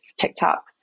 tiktok